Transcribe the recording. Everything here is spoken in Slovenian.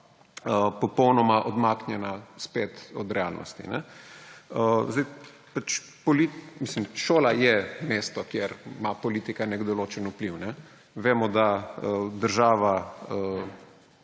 poponoma odmaknjena spet od realnosti. Šola je mesto, kjer ima politika nek določen vpliv. Vemo, da država